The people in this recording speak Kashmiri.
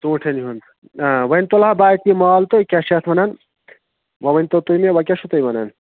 ژوٗنٛٹھٮ۪ن ہُنٛد آ ونۍ تُل ہا بہٕ اَتہِ یہِ مال تہٕ کیٛاہ چھِ اَتھ وَنان ون ؤنتو تُہۍ مےٚ ون کیٛاہ چھُو تہۍ وَنان